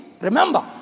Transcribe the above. Remember